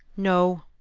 no.